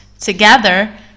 together